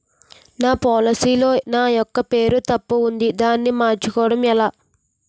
నా పోలసీ లో నా యెక్క పేరు తప్పు ఉంది దానిని మార్చు కోవటం ఎలా?